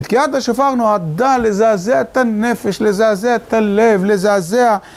תקיעה בשופר נועדה לזעזע את הנפש, לזעזע את הלב, לזעזע...